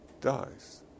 dies